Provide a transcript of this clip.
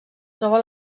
troba